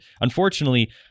unfortunately